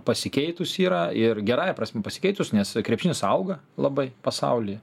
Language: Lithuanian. pasikeitusi yra ir gerąja prasme pasikeitus nes krepšinis auga labai pasauly